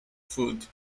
food